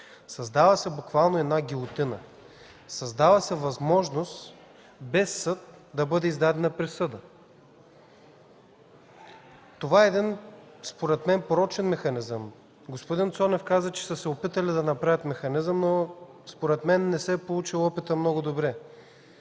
създава се буквално гилотина, създава се възможност без съд да бъде издадена присъда. Според мен това е един порочен механизъм. Господин Цонев каза, че са се опитали да направят механизъм, но според мен опитът не се е получил добре.